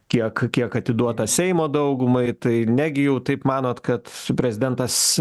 kiek kiek atiduota seimo daugumai tai negi jau taip manot kad prezidentas